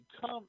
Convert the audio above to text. come